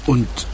Und